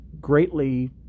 greatly